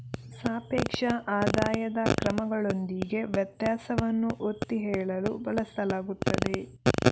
ಸಾಪೇಕ್ಷ ಆದಾಯದ ಕ್ರಮಗಳೊಂದಿಗೆ ವ್ಯತ್ಯಾಸವನ್ನು ಒತ್ತಿ ಹೇಳಲು ಬಳಸಲಾಗುತ್ತದೆ